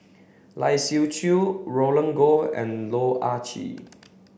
Lai Siu Chiu Roland Goh and Loh Ah Chee